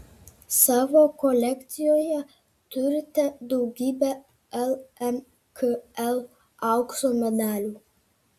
savo kolekcijoje turite daugybę lmkl aukso medalių